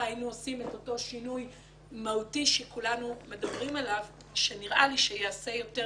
היינו עושים את אותו שינוי מהותי שכולנו מדברים עליו שנראה לי שיעשה יותר